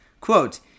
Quote